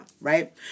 right